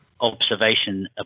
observation